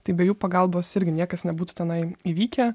tai be jų pagalbos irgi niekas nebūtų tenai įvykę